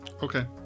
Okay